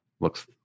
looks